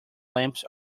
lamps